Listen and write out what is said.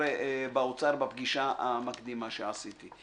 לחבר'ה באוצר בפגישה המקדימה שעשיתי.